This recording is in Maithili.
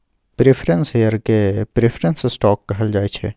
प्रिफरेंस शेयर केँ प्रिफरेंस स्टॉक कहल जाइ छै